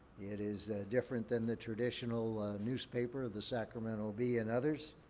it is different than the traditional newspaper, the sacramento bee, and others.